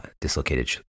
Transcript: dislocated